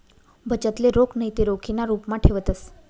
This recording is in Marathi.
बचतले रोख नैते रोखीना रुपमा ठेवतंस